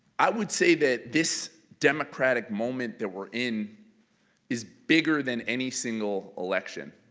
i would say that this democratic moment that we're in is bigger than any single election.